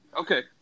Okay